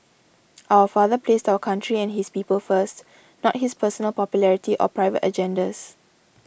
our father placed our country and his people first not his personal popularity or private agendas